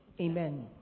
Amen